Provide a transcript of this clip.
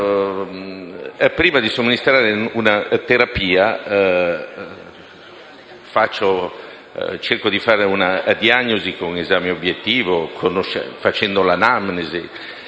prima di somministrare una terapia, cerco di fare una diagnosi con un esame obiettivo, facendo un'anamnesi